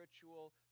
spiritual